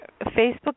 Facebook